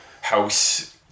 house